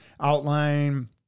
outline